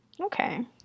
Okay